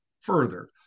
further